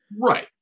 Right